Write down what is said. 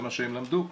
זה מה שהם למדו.